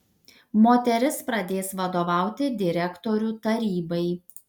moteris pradės vadovauti direktorių tarybai